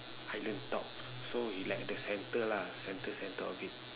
island top so you like the center lah center center of it